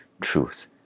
truth